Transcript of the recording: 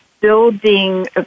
building